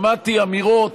שמעתי אמירות